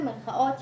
במרכאות,